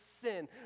sin